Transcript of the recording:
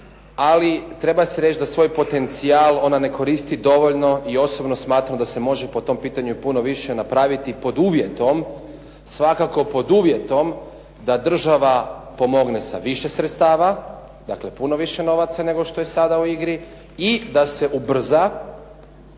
ali treba se reći da svoj potencijal ona ne koristi dovoljno i osobno smatram da se može po tom pitanju puno više napraviti pod uvjetom, svakako pod uvjetom da država pomogne sa više sredstava, dakle puno više novaca nego što je sada u igri, i da se ubrza